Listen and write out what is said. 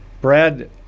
Brad